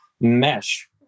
mesh